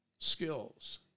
skills